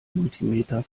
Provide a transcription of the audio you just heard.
multimeter